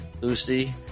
Lucy